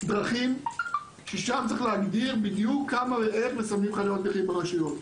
דרכים ששם צריך להגדיר בדיוק כמה ואיך מסמנים חניות נכים ברשויות,